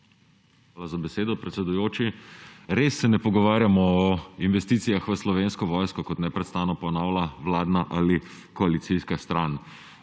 Hvala za besedo, predsedujoči. Res se ne pogovarjamo o investicijah v Slovensko vojsko, kot neprestano ponavlja vladna ali koalicijska stran.